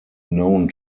known